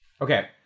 Okay